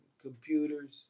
computers